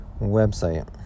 website